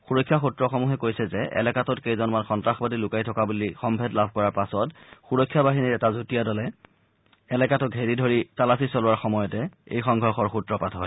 সুৰক্ষা সুত্ৰসমূহে কৈছে যে এলেকাটোত কেইজনমান সন্তাসবাদী লুকাই থকা বুলি সম্ভেদ লাভ কৰাৰ পাছত সুৰক্ষা বাহিনীৰ এটা যুটীয়া দলে এলেকাটো ঘেৰি ঘৰি তালাচী চলোৱাৰ সময়ত এই সংঘৰ্ষৰ সূত্ৰপাত হয়